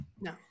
No